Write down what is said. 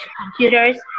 computers